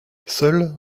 seul